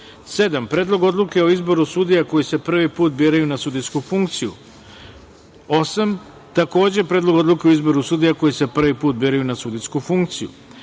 Predlog odluke o izboru sudija koji se prvi put biraju na sudijsku funkciju;8. Predlog odluke o izboru sudija koji se prvi put biraju na sudijsku funkciju;9.